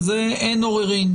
על זה אין עוררין,